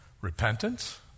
Repentance